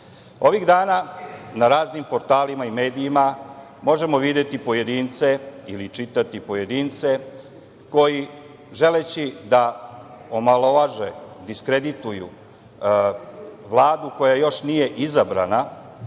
Ovih dana na raznim portalima i medijima možemo videti pojedince ili čitati pojedince koji, želeći da omalovaže, diskredituju Vladu koja još nije izabrana,